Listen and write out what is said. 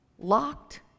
locked